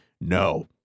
no